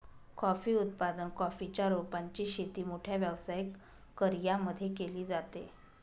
coffee उत्पादन, coffee च्या रोपांची शेती मोठ्या व्यावसायिक कर्यांमध्ये केली जाते